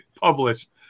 published